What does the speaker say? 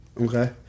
Okay